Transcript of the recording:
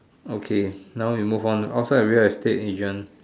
okay now we move on outside we have estate agent